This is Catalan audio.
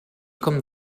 com